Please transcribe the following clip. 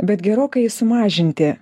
bet gerokai sumažinti